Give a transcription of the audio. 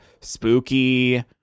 Spooky